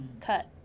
cut